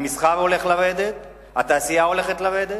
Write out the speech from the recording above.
המסחר הולך לרדת, התעשייה הולכת לרדת,